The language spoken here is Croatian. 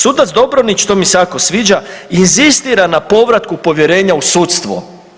Sudac Dobronić to mi se jako sviđa inzistira na povratku povjerenja u sudstvo.